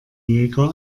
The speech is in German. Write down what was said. jäger